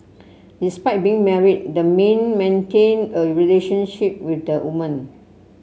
despite being married the man maintained a relationship with the woman